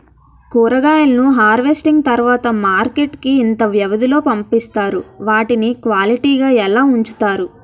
కూరగాయలను హార్వెస్టింగ్ తర్వాత మార్కెట్ కి ఇంత వ్యవది లొ పంపిస్తారు? వాటిని క్వాలిటీ గా ఎలా వుంచుతారు?